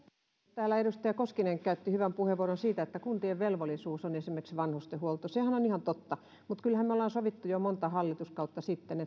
täällä edustaja koskinen käytti hyvän puheenvuoron siitä että kuntien velvollisuus on esimerkiksi vanhustenhuolto sehän on on ihan totta mutta kyllähän me olemme sopineet jo monta hallituskautta sitten